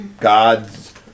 God's